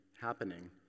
happening